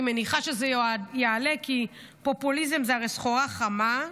אני מניחה שזה יעלה כי פופוליזם זה הרי סחורה חמה.